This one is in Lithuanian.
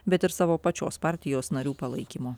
bet ir savo pačios partijos narių palaikymo